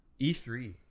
E3